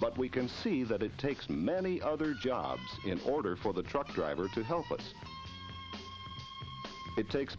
but we can see that it takes many other jobs in order for the truck driver to help us it takes